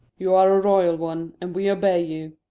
you are a royal one, and we obey you?